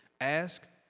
Ask